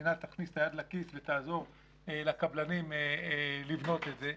המדינה תכניס את היד לכיס ותעזור לקבלנים לבנות את זה,